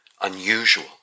unusual